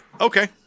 Okay